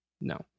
No